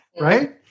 Right